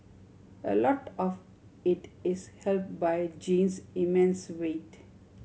a lot of it is helped by Jean's immense wit